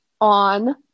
on